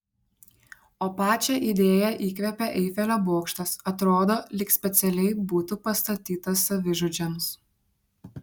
o pačią idėją įkvėpė eifelio bokštas atrodo lyg specialiai būtų pastatytas savižudžiams